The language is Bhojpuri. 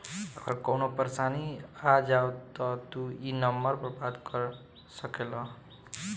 अगर कवनो परेशानी आ जाव त तू ई नम्बर पर बात कर सकेल